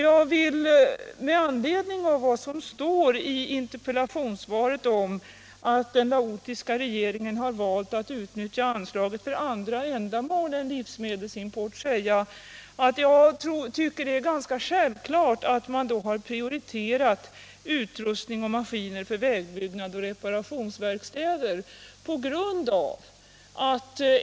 Jag vill med anledning av vad som står i interpellationssvaret om att laotiska regeringen valt att utnyttja anslaget för andra ändamål än livsmedelsimport säga att jag tycker det är ganska självklart att man då prioriterat utrustning och maskiner för vägbyggnad och reparationsverkstäder.